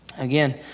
Again